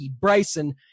Bryson